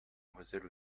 moselle